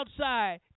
outside